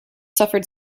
suffered